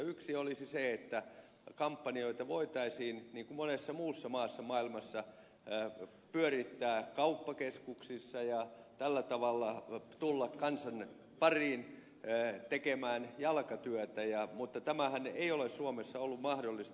yksi olisi se että kampanjoita voitaisiin niin kuin monessa muussa maassa maailmassa pyörittää kauppakeskuksissa ja tällä tavalla voitaisiin tulla kansan pariin tekemään jalkatyötä mutta tämähän ei ole suomessa ollut mahdollista